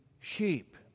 sheep